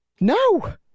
No